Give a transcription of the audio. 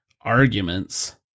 arguments